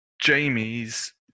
Jamie's